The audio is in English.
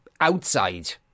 outside